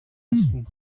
هستین